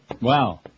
Wow